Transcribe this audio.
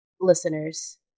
listeners